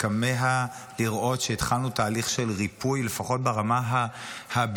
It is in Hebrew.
שכמהַּ לראות שהתחלנו תהליך של ריפוי לפחות ברמה הביצועית,